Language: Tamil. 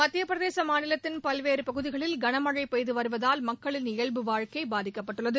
மத்திய பிரதேச மாநிலத்தின் பல்வேறு பகுதிகளில் கனமழை பெய்து வருவதால் மக்களின் இயல்பு வாழ்க்கை பாதிக்கப்பட்டுள்ளது